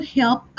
help